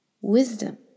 Wisdom